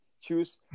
Choose